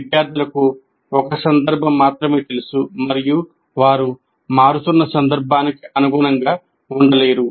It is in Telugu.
విద్యార్థులకు ఒక సందర్భం మాత్రమే తెలుసు మరియు వారు మారుతున్న సందర్భానికి అనుగుణంగా ఉండలేరు